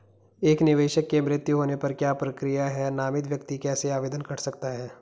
एक निवेशक के मृत्यु होने पर क्या प्रक्रिया है नामित व्यक्ति कैसे आवेदन कर सकता है?